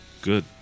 Good